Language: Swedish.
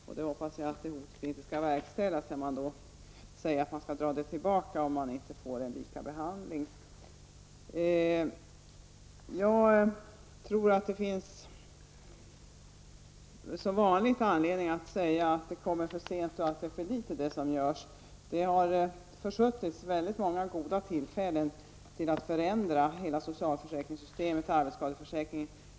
Jag hoppas att detta hot om att propositionen skall dras tillbaka om man inte får en lika -- behandling inte skall förverkligas. Det finns som vanligt anledning att säga att det som görs kommer för sent och att det är för litet. Många goda tillfällen till att förändra hela sjukförsäkringssystemet och arbetsskadeförsäkringen har försuttits.